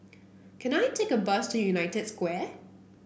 can I take a bus to United Square